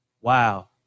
Wow